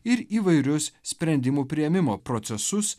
ir įvairius sprendimų priėmimo procesus